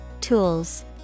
Tools